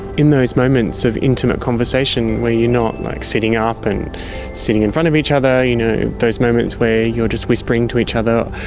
in those moments of intimate conversation where you're not like sitting up and sitting in front of each other, you know those moments where you're just whispering to each other,